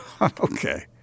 Okay